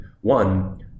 One